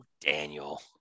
Daniel